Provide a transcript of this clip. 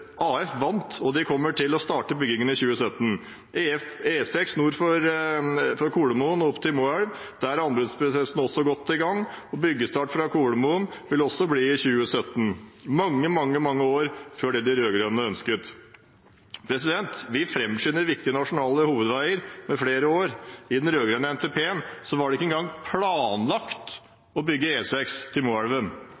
AF vant, og de kommer til å starte byggingen i 2017. På E6 nord for Kolomoen og opp til Moelv er anbudsprosessen også godt i gang, og byggestart fra Kolomoen vil også bli i 2017 – mange, mange, mange år før det de rød-grønne ønsket. Vi framskynder viktige nasjonale hovedveier med flere år. I den rød-grønne NTP-en var det ikke engang planlagt